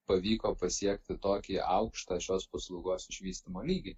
pavyko pasiekti tokį aukštą šios paslaugos išvystymo lygį